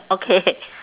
okay